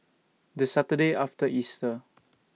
The Saturday after Easter